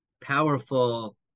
powerful